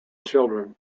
children